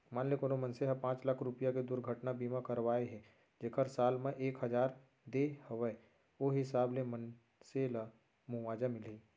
मान ले कोनो मनसे ह पॉंच लाख रूपया के दुरघटना बीमा करवाए हे जेकर साल म एक हजार दे हवय ओ हिसाब ले मनसे ल मुवाजा मिलही